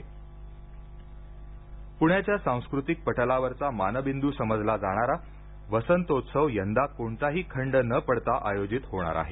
वसंतोत्सव प्ण्याच्या सांस्कृतिक पटलावरचा मानबिंदू समजला जाणारा वसंतोत्सव यंदा कोणताही खंड न पडता आयोजित होणार आहे